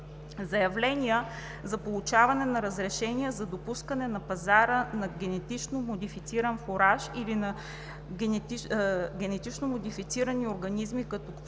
Заявления за получаване на разрешение за пускане на пазара на генетично модифициран фураж или на генетично модифицирани организми като фураж